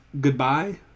goodbye